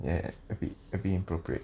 ya a bit a bit inappropriate